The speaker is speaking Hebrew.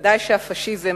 ודאי שהפאשיזם,